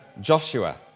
Joshua